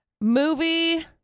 Movie